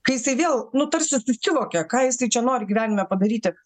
kai jisai vėl nu tarsi susivokia ką jisai čia nori gyvenime padaryti